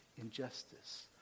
injustice